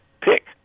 pick